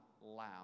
loud